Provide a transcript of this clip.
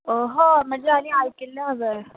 हय आयकिल्लें हांवें